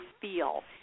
feel